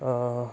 آ